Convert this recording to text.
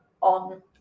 on